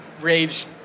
rage